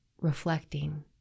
reflecting